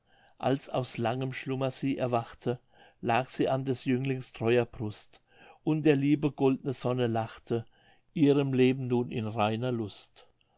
als aus langem schlummer sie erwachte lag sie an des jünglings treuer brust und der liebe goldne sonne lachte ihrem leben nun in reiner lust